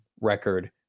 record